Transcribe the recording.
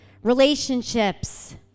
Relationships